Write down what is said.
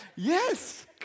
Yes